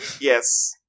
Yes